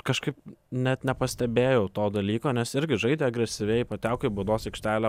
kažkaip net nepastebėjau to dalyko nes irgi žaidė agresyviai pateko į baudos aikštelę